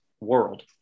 world